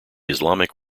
islamic